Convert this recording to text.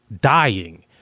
dying